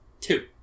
two